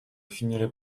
finirait